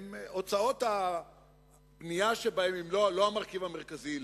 הוצאות הבנייה שבהם הן לא המרכיב המרכזי,